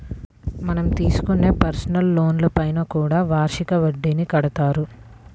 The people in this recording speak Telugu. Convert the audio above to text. మనం తీసుకునే పర్సనల్ లోన్లపైన కూడా వార్షిక వడ్డీని కడతారు